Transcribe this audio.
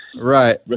Right